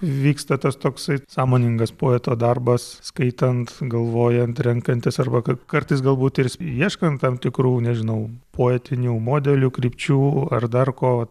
vyksta tas toksai sąmoningas poeto darbas skaitant galvojant renkantis arba ka kartais galbūt ir ieškant tam tikrų nežinau poetinių modelių krypčių ar dar ko